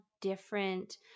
different